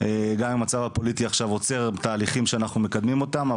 גם המצב הפוליטי עכשיו עוצר תהליכים שאנחנו מקדמים אותם.